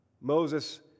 Moses